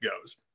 goes